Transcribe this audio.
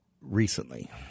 Recently